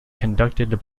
conducted